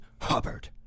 Hubbard